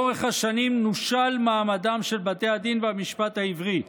לאורך השנים נושל מעמדם של בתי הדין והמשפט העברי.